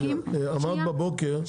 אבל אמרת בבוקר --- שנייה.